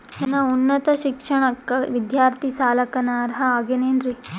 ನನ್ನ ಉನ್ನತ ಶಿಕ್ಷಣಕ್ಕ ವಿದ್ಯಾರ್ಥಿ ಸಾಲಕ್ಕ ನಾ ಅರ್ಹ ಆಗೇನೇನರಿ?